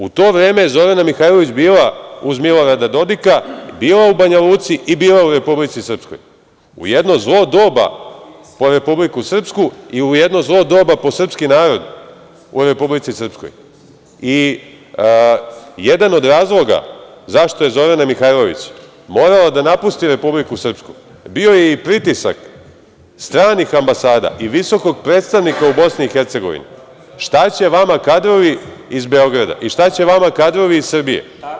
U to vreme Zorana Mihajlović je bila uz Milorada Dodika, bila u Banja Luci i bila u Republici Srpskoj, u jedno zlo doba po Republiku Srpsku i u jedno zlo doba po srpski narod u Republici Srpskoj i jedan od razloga zašto je Zorana Mihajlović morala da napusti Republiku Srpsku bio je i pritisak stranih ambasada i visokog predstavnika u BiH - šta će vama kadrovi iz Beograda i šta će vama kadrovi iz Srbije.